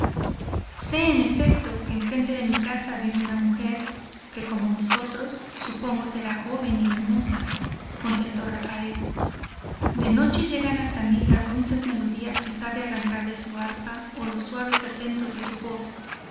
sé en efecto que enfrente de mi casa vive una mujer que como vosotros supongo será joven y hermosa contestó rafael de noche llegan hasta mí las dulces melodías que sabe arrancar de su arpa o los suaves acentos de su voz